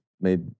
made